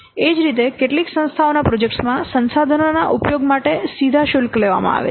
એ જ રીતે કેટલીક સંસ્થાઓનાં પ્રોજેક્ટ્સમાં સંસાધનોના ઉપયોગ માટે સીધા શુલ્ક લેવામાં આવે છે